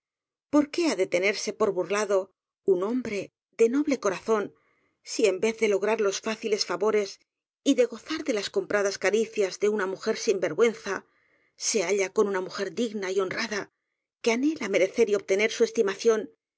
porqué ha de tenerse por burlado un hombre de noble corazón si en vez de lograr los fáciles favores y de go zar de las compradas caricias de una mujer sin ver güenza se halla con una mujer digna y honrada que anhela merecer y obtener su estimación